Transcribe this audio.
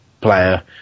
player